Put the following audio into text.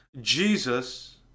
Jesus